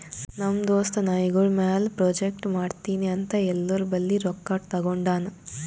ನಮ್ ದೋಸ್ತ ನಾಯ್ಗೊಳ್ ಮ್ಯಾಲ ಪ್ರಾಜೆಕ್ಟ್ ಮಾಡ್ತೀನಿ ಅಂತ್ ಎಲ್ಲೋರ್ ಬಲ್ಲಿ ರೊಕ್ಕಾ ತಗೊಂಡಾನ್